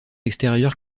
extérieurs